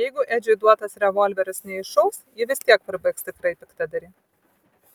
jeigu edžiui duotas revolveris neiššaus ji vis tiek pribaigs tikrąjį piktadarį